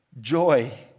Joy